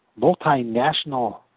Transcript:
Multinational